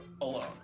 alone